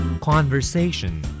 Conversation